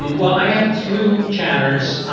well, i have two chapters.